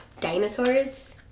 Dinosaurs